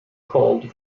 called